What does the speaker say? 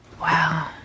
Wow